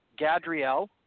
gadriel